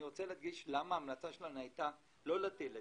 אני רוצה להדגיש למה ההמלצה שלנו הייתה לא להטיל היטל.